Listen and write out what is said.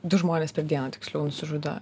du žmonės per dieną tiksliau nusižudo